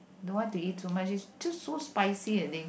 don't want to eat so much is too so spicy I think